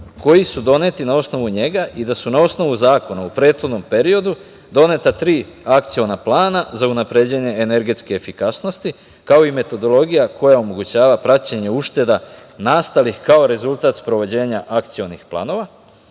koji su doneti na osnovu njega i da su na osnovu Zakona u prethodnom periodu, doneta tri akciona plana za unapređenje energetske efikasnosti, kao i metodologija koja omogućava praćenja ušteda nastalih kao rezultat sprovođenja akcionih planova,